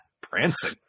Prancing